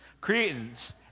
Cretans